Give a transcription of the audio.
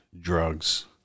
drugs